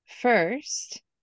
first